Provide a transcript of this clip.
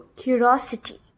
curiosity